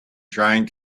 trying